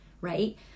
right